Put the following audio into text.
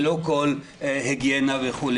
ללא כל היגיינה וכו',